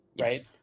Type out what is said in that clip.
Right